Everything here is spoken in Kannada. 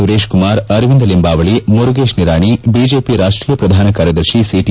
ಸುರೇಶಕುಮಾರ್ ಅರವಿಂದ ಲಿಂಬಾವಳ ಮುರಗೇಶ್ ನಿರಾಣಿ ಬಿಜೆಪಿ ರಾಷ್ಷೀಯ ಪ್ರಧಾನ ಕಾರ್ಯದರ್ತಿ ಸಿಟಿ